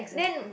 then